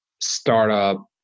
startup